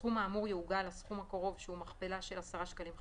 הסכום האמור יעוגל לסכום הקרוב שהוא מכפלה של 10 שקלים חדשים,